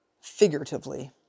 Figuratively